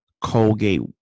Colgate